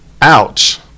Ouch